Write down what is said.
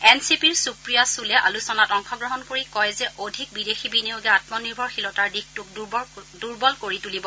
N C পিৰ সুপ্ৰীয়া সুলে আলোচনাত অংশগ্ৰহণ কৰি কয় যে অধিক বিদেশী বিনিয়োগে আমনিৰ্ভৰশীলতাৰ দিশটোক দুৰ্বল কৰি তুলিব